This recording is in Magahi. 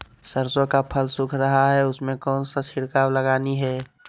सरसो का फल सुख रहा है उसमें कौन सा छिड़काव लगानी है?